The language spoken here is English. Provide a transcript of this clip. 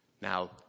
Now